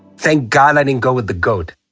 thank god i didn't go with the goat.